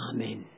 Amen